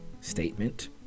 statement